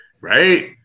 right